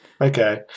okay